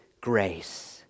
grace